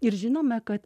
ir žinome kad